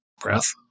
breath